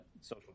social